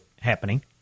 happening